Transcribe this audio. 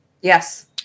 Yes